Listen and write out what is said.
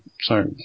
Sorry